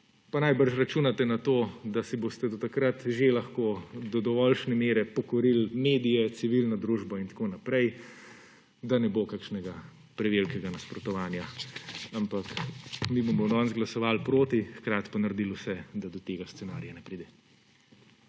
najbrž računate na to, da si boste do takrat že lahko do dovoljšne mere pokorili medije, civilno družbo in tako naprej, da ne bo kakšnega prevelikega nasprotovanja. Mi bomo danes glasovali proti, hkrati pa naredili vse, da do tega scenarija ne pride.